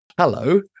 Hello